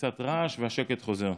קצת רעש והשקט חוזר,